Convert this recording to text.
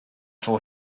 for